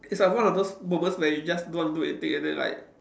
it's like one of those moments where you just don't want to do anything and then like